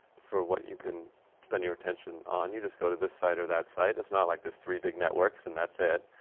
for what you can spend your attention on. you just go to this site or that site. it's not like there's three big networks and that's it,